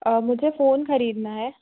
मुझे फ़ोन खरीदना है